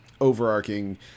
overarching